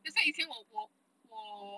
that's why 以前我我我